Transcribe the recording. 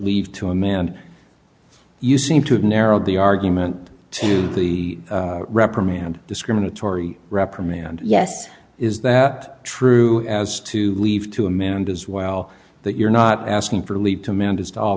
leave to a man you seem to have narrowed the argument to the reprimand discriminatory reprimand yes is that true as to leave to amend as well that you're not asking for leave to mend as to all